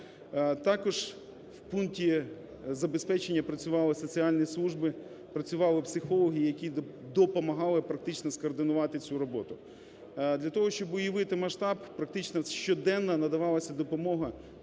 Також у пункті забезпечення працювали соціальні служби, працювали психологи, які допомагали практично скоординувати цю роботу. Для того, щоб уявити масштаб практично щоденно надавалася допомога